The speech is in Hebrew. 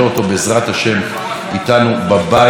איתנו בבית במהרה,